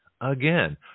again